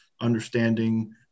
understanding